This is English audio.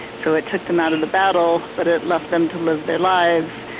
so it took them out of the battle but it left them to live their lives.